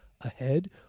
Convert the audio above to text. ahead